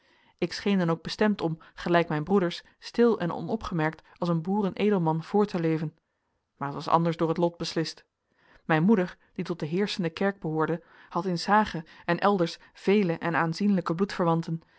ik scheen dan ook bestemd om gelijk mijn broeders stil en onopgemerkt als een boeren edelman voort te leven maar het was anders door het lot beslist mijn moeder die tot de heerschende kerk behoorde had in s hage en elders vele en aanzienlijke